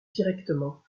directement